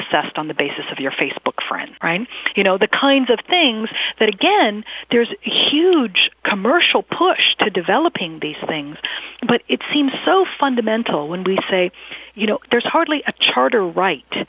assessed on the basis of your facebook friends you know the kinds of things that again there's huge commercial push to developing these things but it seems so fundamental when we say you know there's hardly a charter right